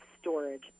storage